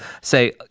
say